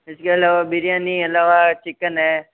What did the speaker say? इसके अलावा बिरयानी अलावा चिकन है